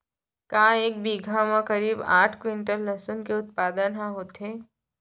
का एक बीघा म करीब आठ क्विंटल लहसुन के उत्पादन ह होथे?